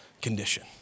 condition